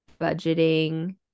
budgeting